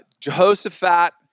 Jehoshaphat